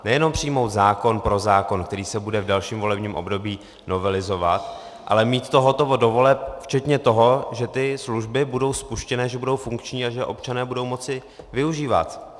Nejenom přijmout zákon pro zákon, který se bude v dalším volebním období novelizovat, ale mít to hotovo do voleb včetně toho, že ty služby budou spuštěné, že budou funkční a že je občané budou moci využívat.